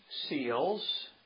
seals